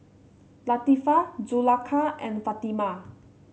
Latifa Zulaikha and Fatimah